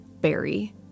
Barry